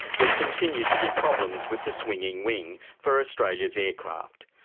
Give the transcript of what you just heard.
there continued to be problems with the swinging wing for australia's aircraft.